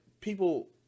people